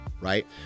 right